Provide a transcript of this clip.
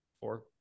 Four